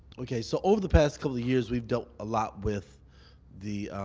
okay, so over the past couple of years, we've dealt a lot with the